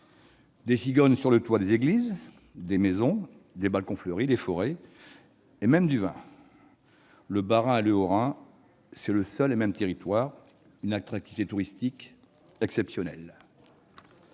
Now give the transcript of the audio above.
Des cigognes sur les toits des églises, des maisons aux balcons fleuris, des forêts et même du vin : le Bas-Rhin et le Haut-Rhin, c'est un seul et même territoire avec une attractivité touristique exceptionnelle,